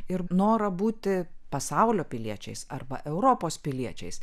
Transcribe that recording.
ir norą būti pasaulio piliečiais arba europos piliečiais